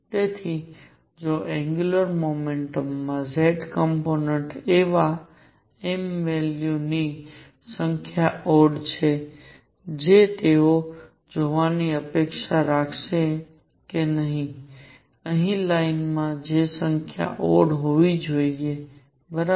તેથી જો angular momentum નો z કોમ્પોનેંટ એવા m વેલ્યુ ની સંખ્યા ઓડ છે જે તેઓ જોવાની અપેક્ષા રાખશે કે અહીં લાઇન ની સંખ્યા ઓડ હોવી જોઈએ બરાબર